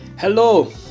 hello